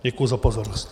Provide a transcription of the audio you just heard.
Děkuji za pozornost.